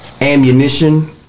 Ammunition